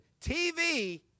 TV